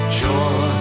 joy